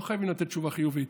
לא חייבים לתת תשובה חיובית,